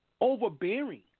overbearing